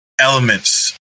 elements